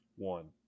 One